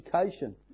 education